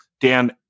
Dan